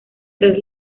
tras